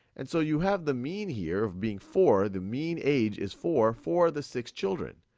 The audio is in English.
and so you have the mean here of being four, the mean age is four for the six children.